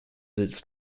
its